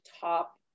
top